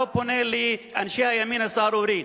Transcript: אני לא פונה לאנשי הימין הסהרורי,